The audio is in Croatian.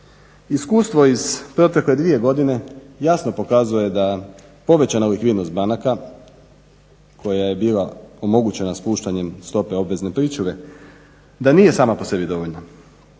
Iskustvo iz protekle dvije godine jasno pokazuje da povećana likvidnost banaka koja je bila omogućena spuštanjem stope obvezne pričuve, da nije sama po sebi dovoljna.